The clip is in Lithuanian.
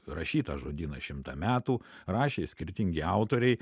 rašytas žodynas šimtą metų rašė skirtingi autoriai